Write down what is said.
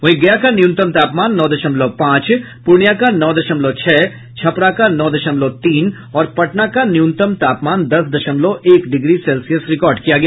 वहीं गया का न्यूनतम तापमान नौ दशमलव पांच पूर्णिया का नौ दशमलव छह छपरा का नौ दशमलव तीन और पटना का न्यूनतम तापमान दस दशमलव एक डिग्री सेल्सियस रिकार्ड किया गया